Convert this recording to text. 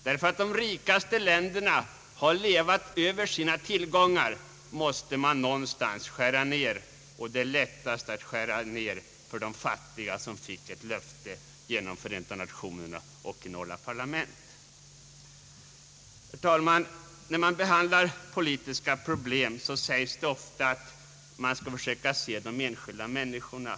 När de rika länderna har levt över sina tillgångar, måste de någonstans skära ned utgifterna, och det är lättast att göra detta beträffande de fattiga, som fick ett löfte genom Förenta Nationerna och några parlament. Herr talman! Vid behandlingen av politiska problem sägs det ofta att man skall försöka se de enskilda människorna.